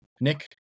Nick